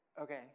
Okay